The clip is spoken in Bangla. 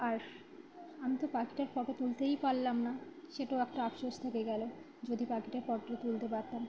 আর আমি তো পাখিটার ফোটো তুলতেই পারলাম না সেটাও একটা আফশোস থেকে গেল যদি পাখিটার ফোটোটা তুলতে পারতাম